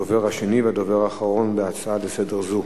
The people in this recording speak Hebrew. הדובר השני והאחרון בהצעה זו